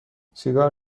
سیگار